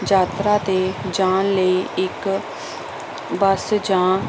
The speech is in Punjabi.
ਯਾਤਰਾ 'ਤੇ ਜਾਣ ਲਈ ਇੱਕ ਬੱਸ ਜਾਂ